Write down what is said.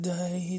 Day